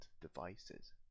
devices